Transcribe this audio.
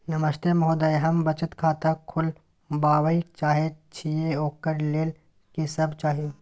नमस्ते महोदय, हम बचत खाता खोलवाबै चाहे छिये, ओकर लेल की सब चाही?